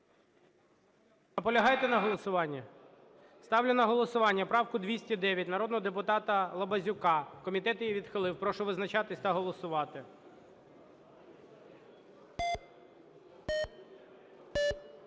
Наполягаєте на голосуванні? Ставлю на голосування правку 209 народного депутата Лобазюка. Комітет її відхилив. Прошу визначатись та голосувати.